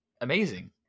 amazing